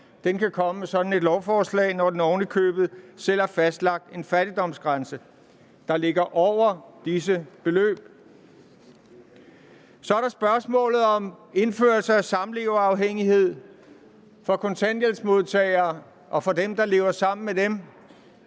kan komme med sådan et lovforslag, når den oven i købet selv har fastlagt en fattigdomsgrænse, der ligger over disse beløb. Så er der spørgsmålet om indførelse af samleverafhængighed for kontanthjælpsmodtagere og for dem, der lever sammen med dem.